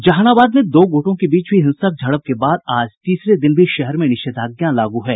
जहानाबाद में दो गुटों के बीच हुयी हिंसक झड़प के बाद आज तीसरे दिन भी शहर में निषेधाज्ञा लागू है